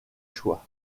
choix